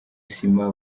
sima